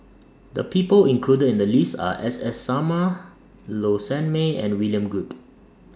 The People included in The list Are S S Sarma Low Sanmay and William Goode